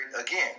again